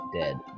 dead